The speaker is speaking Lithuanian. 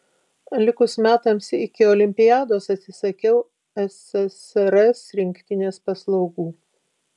likus metams iki olimpiados atsisakiau ssrs rinktinės paslaugų